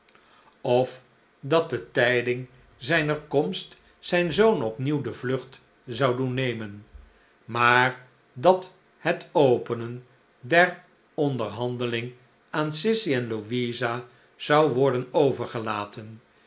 of dat de tijdingzijner komst zijn zoon opnieuw de vlucht zou doen nemen maar dat het openen der onderhandeling aan sissy en louisa zou worden overgelaten